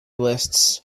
lists